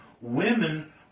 women